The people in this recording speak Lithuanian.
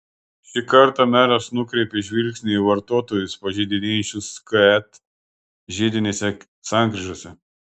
šį kartą meras nukreipė žvilgsnį į vairuotojus pažeidinėjančius ket žiedinėse sankryžose